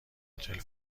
هتل